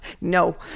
No